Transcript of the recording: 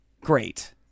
Great